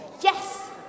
Yes